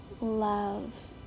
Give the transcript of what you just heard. love